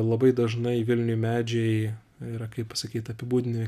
labai dažnai vilniuj medžiai yra kaip pasakyt apibūdini